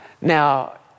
Now